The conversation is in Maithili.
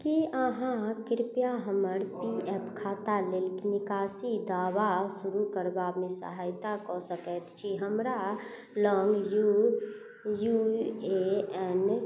की अहाँ कृपया हमर पी एफ खाता लेल निकासी दावा शुरू करबामे सहायता कऽ सकैत छी हमरा लग यू ए एन नम्बर